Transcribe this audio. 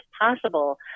possible